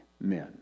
men